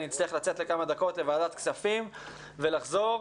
אני אצטרך לצאת לכמה דקות לוועדת כספים אבל אחזור.